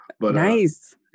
Nice